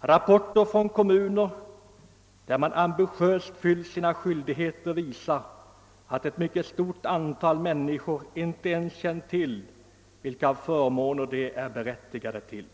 Rapporter från kommuner, som ambitiöst skött sina skyldigheter, visar att ett mycket stort antal människor inte ens känt till vilka förmåner de är berättigade till.